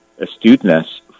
astuteness